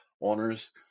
owners